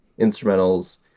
instrumentals